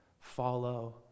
follow